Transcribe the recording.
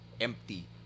empty